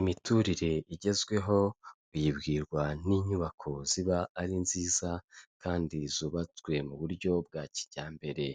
Imiturire igezweho uyibwirwa n'inyubako ziba ari nziza kandi zubatswe mu buryo bwa kijyambere.